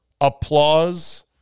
applause